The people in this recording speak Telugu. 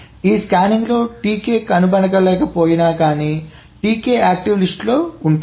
కాబట్టి ఈ స్కానింగ్ లో Tk కనుగొనబడలేక పోయినాకానీ Tk యాక్టివ్ లిస్ట్ లో ఉంటుంది